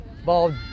ball